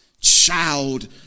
child